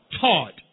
Taught